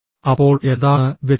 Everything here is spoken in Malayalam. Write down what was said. അപ്പോൾ എന്താണ് വ്യത്യാസം